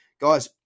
guys